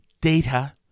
data